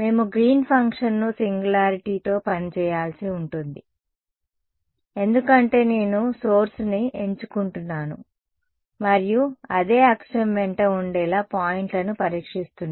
మేము గ్రీన్ ఫంక్షన్ను సింగులారిటీ తో పని చేయాల్సి ఉంటుంది ఎందుకంటే నేను సోర్స్ ని ఎంచుకుంటున్నాను మరియు అదే అక్షం వెంట ఉండేలా పాయింట్లను పరీక్షిస్తున్నాను